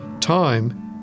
time